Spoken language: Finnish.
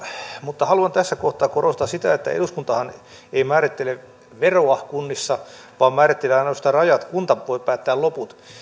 mutta haluan tässä kohtaa korostaa sitä että eduskuntahan ei määrittele veroa kunnissa vaan määrittelee ainoastaan rajat kunta voi päättää loput